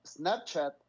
Snapchat